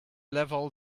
level